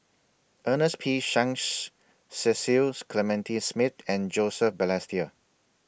Ernest P Shanks Cecil Clementi Smith and Joseph Balestier